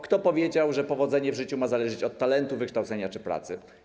Kto powiedział, że powodzenie w życiu ma zależeć od talentu, wykształcenia czy pracy?